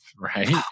right